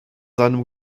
seinem